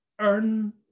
earn